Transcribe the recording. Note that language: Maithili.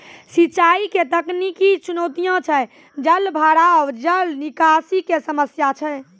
सिंचाई के तकनीकी चुनौतियां छै जलभराव, जल निकासी के समस्या छै